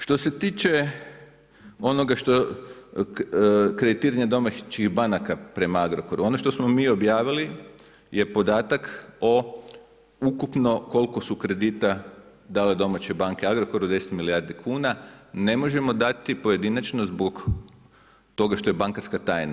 Što se tiče onoga što, kreditiranja domaćih banaka prema Agrokoru, ono što smo mi objavili je podatak o ukupno koliko su kredita dale domaće banke Agrokoru, 10 milijardi kuna, ne možemo dati pojedinačno zbog toga što je bankarska tajna.